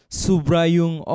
subrayung